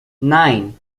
nine